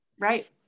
Right